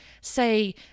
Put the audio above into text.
say